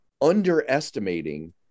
underestimating